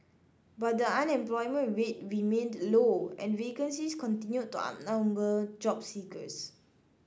but the unemployment rate remained low and vacancies continued to outnumber job seekers